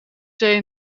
zee